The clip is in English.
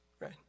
right